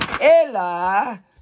Ella